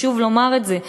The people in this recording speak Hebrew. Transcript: חשוב לומר את זה.